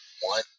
one